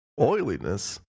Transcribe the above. oiliness